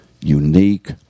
unique